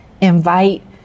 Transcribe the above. invite